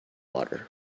water